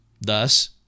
Thus